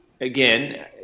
again